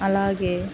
అలాగే